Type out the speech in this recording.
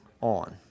on